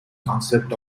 concept